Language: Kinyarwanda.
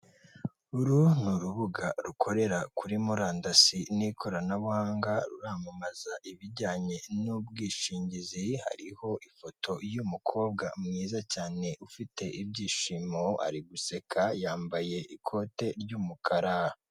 Uru ni urubuga rukorera kuri murandasi n'ikoranabuhanga ruramamaza ibijyanye n'ubwishingizi hariho ifoto y'umukobwa mwiza cyane ufite ibyishimo ari guseka yambaye ikote ry'umukara.